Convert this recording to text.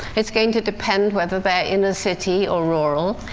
it's going to depend whether they're inner-city or rural.